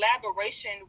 collaboration